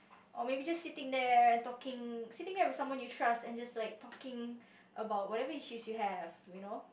or maybe just sitting there and talking sitting there with someone you trust and just like talking about whatever issues you have you know